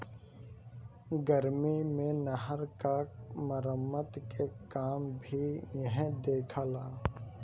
गर्मी मे नहर क मरम्मत के काम भी इहे देखेला